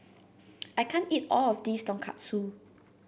I can't eat all of this Tonkatsu